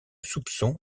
soupçons